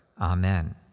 Amen